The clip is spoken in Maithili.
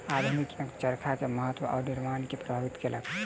आधुनिक यंत्र चरखा के महत्त्व आ निर्माण के प्रभावित केलक